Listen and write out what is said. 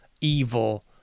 evil